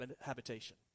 habitation